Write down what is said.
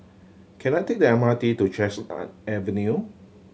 can I take the M R T to Avenue